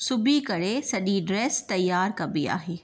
सिबी करे सॼी ड्रैस तयारु कॿी आहे